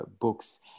books